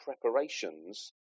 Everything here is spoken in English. preparations